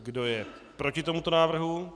Kdo je proti tomuto návrhu?